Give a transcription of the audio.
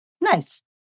Nice